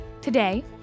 Today